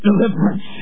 deliverance